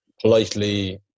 politely